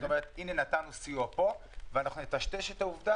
הנה נתנו סיוע פה ואנחנו נטשטש את העובדה